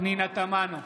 פנינה תמנו,